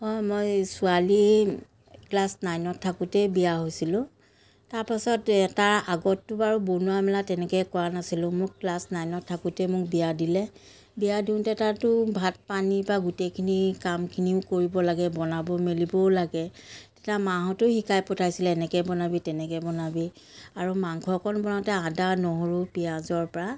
মই ছোৱালী ক্লাছ নাইনত থাকোঁতেই বিয়া হৈছিলোঁ তাৰ পাছত তাৰ আগতো বাৰু বনোৱা মেলা তেনেকৈ কৰা নাছিলোঁ মোক ক্লাছ নাইনত থাকোঁতেই মোক বিয়া দিলে বিয়া দিওঁতে তাতো ভাত পানীৰ পৰা গোটেইখিনি কামখিনিও কৰিব লাগে বনাব মেলিবও লাগে তেতিয়া মাহঁতেও শিকাই পঠাইছিলে এনেকৈ বনাবি তেনেকৈ বনাবি আৰু মাংসকণ বনাওতে আদা নহৰু পিঁয়াজৰ পৰা